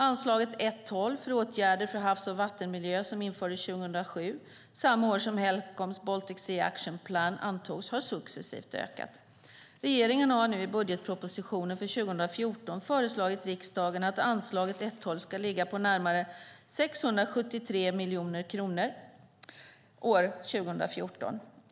Anslaget 1:12 för åtgärder för havs och vattenmiljö, som infördes 2007, samma år som Helcoms Baltic Sea Action Plan antogs, har successivt ökat. Regeringen har nu i budgetpropositionen för 2014 föreslagit riksdagen att anslaget 1:12 ska ligga på närmare 673 miljoner kronor år 2014.